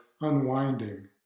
unwinding